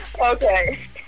Okay